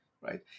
right